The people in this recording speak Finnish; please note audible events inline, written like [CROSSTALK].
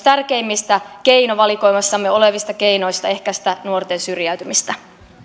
[UNINTELLIGIBLE] tärkeimmistä keinovalikoimassamme olevista keinoista ehkäistä nuorten syrjäytymistä